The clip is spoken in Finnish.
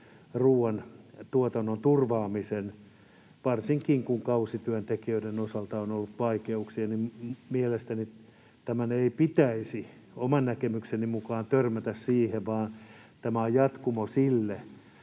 ruoantuotannon turvaamisen. Varsinkin kun kausityöntekijöiden osalta on ollut vaikeuksia, niin mielestäni tämän ei pitäisi, oman näkemykseni mukaan, törmätä siihen, vaan tämä on jatkumo sille,